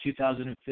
2015